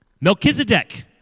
Melchizedek